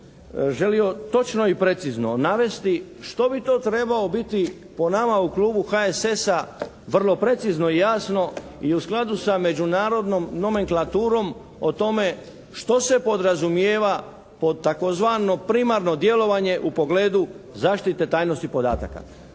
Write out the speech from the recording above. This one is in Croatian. želio točno i precizno navesti što bi to trebao biti po nama u klubu HSS-a vrlo precizno i jasno i u skladu sa međunarodnom nomenklaturom o tome što se podrazumijeva pod tzv. primarno djelovanje u pogledu zaštite tajnosti podataka.